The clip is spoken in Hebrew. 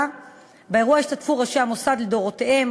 באירוע השתתפו ראשי המוסד לדורותיהם,